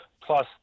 plus